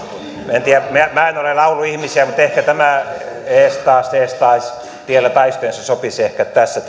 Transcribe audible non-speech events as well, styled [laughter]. miljoonalla minä en ole lauluihmisiä mutta ehkä tämä eestaas eestaas tiellä taistojen sopisi ehkä tässä [unintelligible]